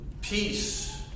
Peace